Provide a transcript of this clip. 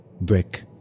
Brick